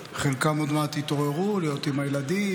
חלקם עוד מעט יתעוררו להיות עם הילדים,